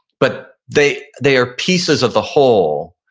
but they they are pieces of the whole.